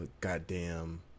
goddamn